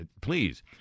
Please